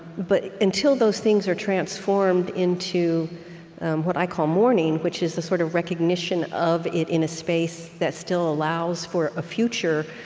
but until those things are transformed into what i call mourning, which is the sort of recognition of it in a space that still allows for a future,